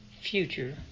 future